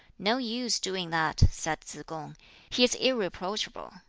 no use doing that, said tsz-kung he is irreproachable.